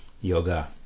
yoga